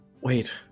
Wait